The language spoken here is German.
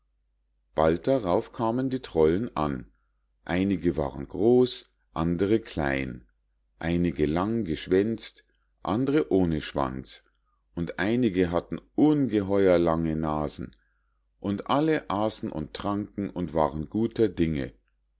bald darauf kamen die trollen an einige waren groß andre klein einige langgeschwänzt andre ohne schwanz und einige hatten ungeheuer lange nasen und alle aßen und tranken und waren guter dinge